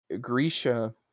Grisha